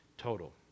total